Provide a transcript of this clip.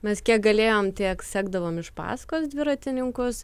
mes kiek galėjom tiek sekdavom iš paskos dviratininkus